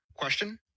Question